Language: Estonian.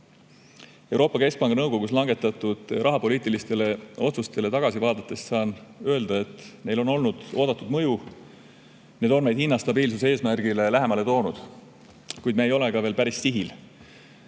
Euroopa Keskpanga nõukogus langetatud rahapoliitilistele otsustele tagasi vaadates saan öelda, et neil on olnud oodatud mõju, need on meid hinnastabiilsuse eesmärgile lähemale toonud, kuid me ei ole veel päris sihil.